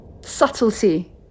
subtlety